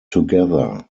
together